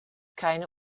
keine